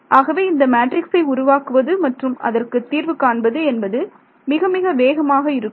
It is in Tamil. ஆகவே இந்த மேட்ரிக்ஸை உருவாக்குவது மற்றும் அதற்கு தீர்வு காண்பது என்பது மிக மிக வேகமாக இருக்கும்